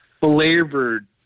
flavored